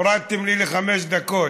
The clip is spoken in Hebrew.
הורדתם לי לחמש דקות.